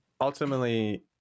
ultimately